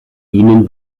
ihnen